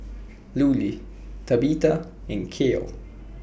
Lulie Tabitha and Kiel